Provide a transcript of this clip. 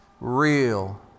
Real